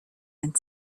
and